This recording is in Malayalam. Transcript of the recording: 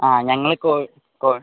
ആ ഞങ്ങള് കോ കോ